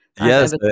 Yes